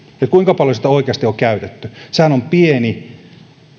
kuinka paljon sitä oikeasti on käytetty sehän on pieni